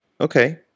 Okay